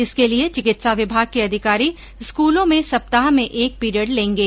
इसके लिए चिकित्सा विभाग के अधिकारी स्कूलों में सप्ताह में एक पीरियड लेंगे